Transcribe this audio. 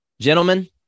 gentlemen